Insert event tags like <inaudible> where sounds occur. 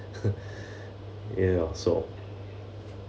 <laughs> ya so